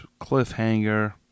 Cliffhanger